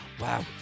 Wow